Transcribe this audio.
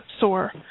sore